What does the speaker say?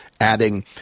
adding